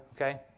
Okay